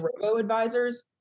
robo-advisors